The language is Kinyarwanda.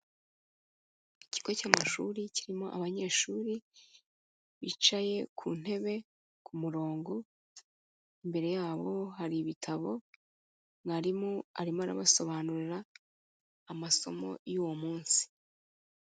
Ikigo cy'amashuri kirimo abanyeshuri bicaye ku ntebe ku murongo, imbere yabo hari ibitabo, mwarimu arimo arabasobanurira amasomo y'uwo munsi.